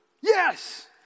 yes